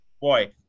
boy